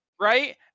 right